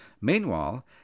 Meanwhile